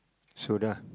so dah